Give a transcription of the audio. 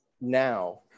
now